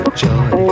joy